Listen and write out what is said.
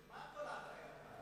מה כל ההטעיה כאן,